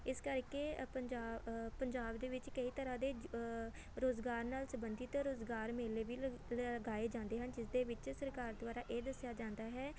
ਇਸ ਕਰਕੇ ਪੰਜਾ ਪੰਜਾਬ ਦੇ ਵਿੱਚ ਕਈ ਤਰ੍ਹਾਂ ਦੇ ਰੁਜ਼ਗਾਰ ਨਾਲ ਸੰਬੰਧਿਤ ਰੁਜ਼ਗਾਰ ਮੇਲੇ ਵੀ ਲ ਲਗਾਏ ਜਾਂਦੇ ਹਨ ਜਿਸ ਦੇ ਵਿੱਚ ਸਰਕਾਰ ਦੁਆਰਾ ਇਹ ਦੱਸਿਆ ਜਾਂਦਾ ਹੈ